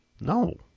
No